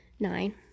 nine